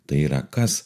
tai yra kas